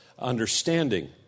understanding